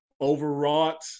overwrought